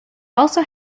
also